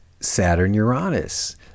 Saturn-Uranus